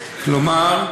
כלומר,